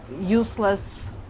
useless